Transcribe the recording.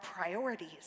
priorities